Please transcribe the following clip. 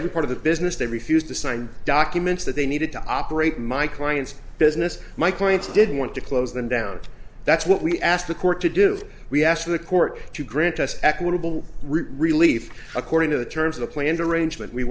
every part of the business they refused to sign documents that they needed to operate my client's business my clients didn't want to close them down that's what we asked the court to do we asked the court to grant us equitable relief according to the terms of the planned arrangement we